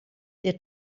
der